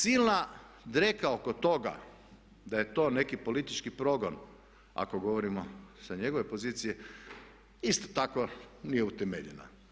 Silna dreka oko toga da je to neki politički progon ako govorimo sa njegove pozicije isto tako nije utemeljena.